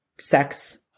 sex